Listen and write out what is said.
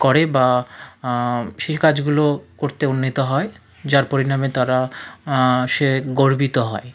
করে বা সেই কাজগুলো করতে উন্নীত হয় যার পরিণামে তারা সে গর্বিত হয়